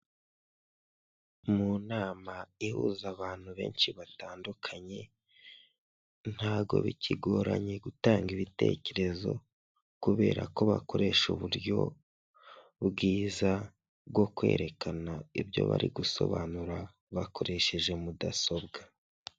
Mu nama ihuza abantu benshi batandukanye ntago bikigoranye gutanga ibitekerezo kubera ko bakoresha uburyo bwiza bwo kwerekana ibyo bari gusobanura bakoresheje mudasobwa.